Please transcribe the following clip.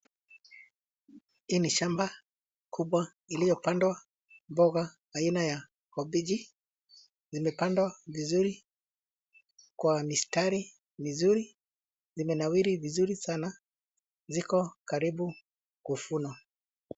Hii ni shamba kubwa iliyopandwa mboga aina ya kabeji. Zimepandwa vizuri kwa mistari mizuri. Zimenawiri vizuri sana. Ziko karibu kuvunwa.